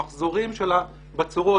המחזורים של הבצורות,